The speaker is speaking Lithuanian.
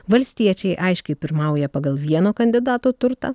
valstiečiai aiškiai pirmauja pagal vieno kandidato turtą